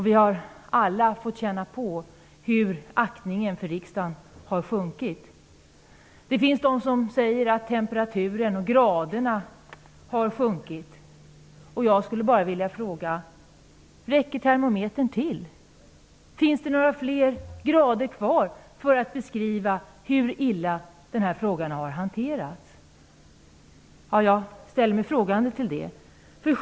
Vi har alla fått känna av hur aktningen för riksdagen har minskat. Det finns de som säger att temperaturen, graderna, har sjunkit. Jag skulle bara vilja fråga: Räcker termometern till? Finns det några grader kvar för att beskriva hur illa den här frågan har hanterats? Jag ställer mig frågande på den punkten.